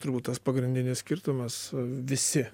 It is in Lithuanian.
turbūt tas pagrindinis skirtumas visi